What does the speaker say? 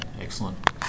excellent